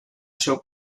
seu